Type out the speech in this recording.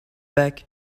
back